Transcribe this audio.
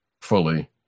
fully